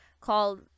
called